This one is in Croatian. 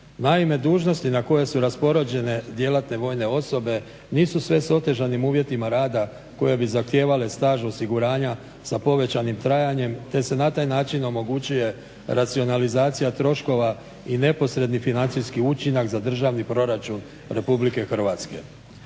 Naime, dužnosti na koje su raspoređene djelatne vojne osobe nisu sve s otežanim uvjetima rada koje bi zahtijevale staž osiguranja sa povećanim trajanjem te se na taj način omogućuje racionalizacija troškova i neposredni financijski učinak za državni proračun RH.